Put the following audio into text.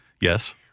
Yes